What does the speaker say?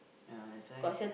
ya that's why I say